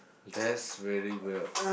that's really well